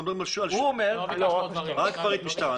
רק פריט משטרה.